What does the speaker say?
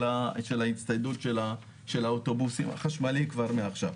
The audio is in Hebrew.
ההצטיידות באוטובוסים חשמליים כבר מעכשיו.